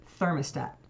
thermostat